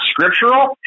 scriptural